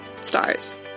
stars